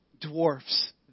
dwarfs